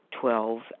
Twelve